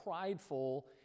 prideful